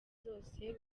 zose